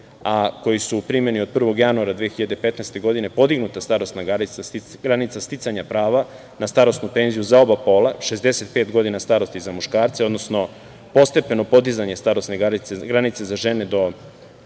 a koji je u primeni od 1. januara 2015. godine, podignuta starosna granica sticanja prava na starosnu penziju za oba pola – 65 godina starosti za muškarce, odnosno postepeno podizanje starosne granice za žene na